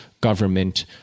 government